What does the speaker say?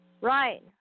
Right